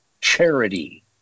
charity